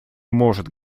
может